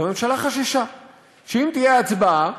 אז הממשלה חששה שאם תהיה הצבעה,